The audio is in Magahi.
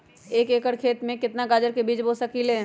एक एकर खेत में केतना गाजर के बीज बो सकीं ले?